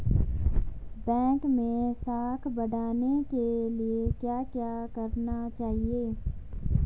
Bank मैं साख बढ़ाने के लिए क्या क्या करना चाहिए?